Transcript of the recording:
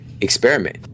experiment